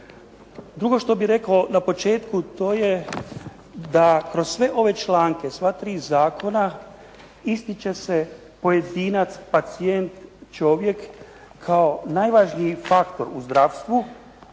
Drugo što bih rekao na početku to je da kroz sve ove članke, sva tri zakona ističe se pojedinac, pacijent, čovjek kao najvažniji faktor u zdravstvu